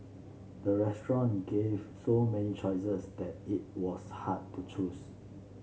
the restaurant gave so many choices that it was hard to choose